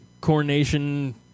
coronation